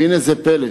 והנה זה פלא: